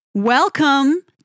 Welcome